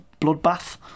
bloodbath